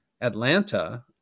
Atlanta